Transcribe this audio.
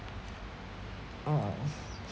mm